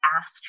asked